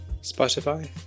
Spotify